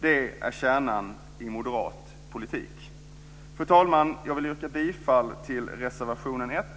Det är kärnan i moderat politik. Fru talman! Jag vill yrka bifall till reservation 1